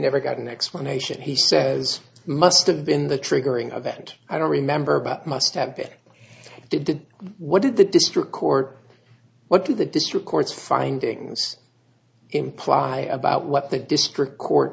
never got an explanation he says must of been the triggering event i don't remember but must have been to what did the district court what do the district court's findings imply about what the district court